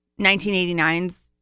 1989's